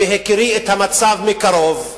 בהכירי את המצב מקרוב,